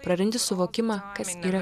prarandi suvokimą kas yra